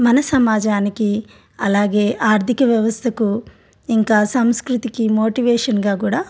మన సమాజానికి అలాగే ఆర్థిక వ్యవస్థకు ఇంకా సంస్కృతికి మోటివేషన్గా కూడా